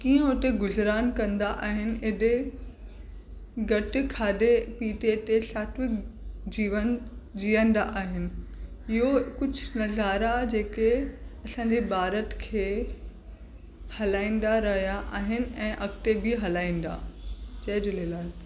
हू कीअं उते गुज़रान कंदा आहिनि एॾे घटि खाधे पीते ते सात्विक जीवन जीअंदा आहिनि इहो कुझु नज़ारा जेके असांजे भारत खे हलाईंदा रहिया आहिनि ऐं अॻिते बि हलाईंदा जय झूलेलाल